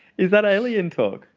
is that alien talk?